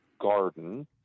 garden